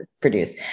produce